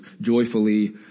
joyfully